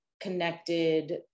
connected